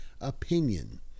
opinion